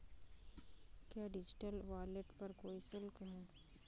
क्या digital wallet पर कोई शुल्क है?